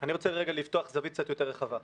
אני רוצה רגע לפתוח זווית קצת יותר רחבה.